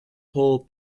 pole